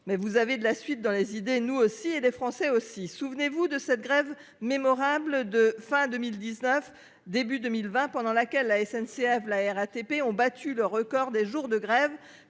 mais vous avez de la suite dans les idées. Nous aussi, et les Français également ! Souvenez-vous de cette grève mémorable, à la fin de 2019 et au début de 2020, durant laquelle la SNCF et la RATP avaient battu le record des jours de grève